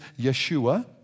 Yeshua